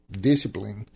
discipline